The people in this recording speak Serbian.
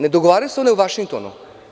Ne dogovaraju se one u Vašingtonu.